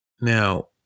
Now